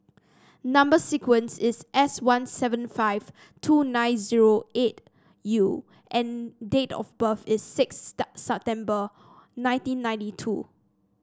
number sequence is S one seven five two nine zero eight U and date of birth is six September nineteen ninety two